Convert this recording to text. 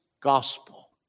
gospel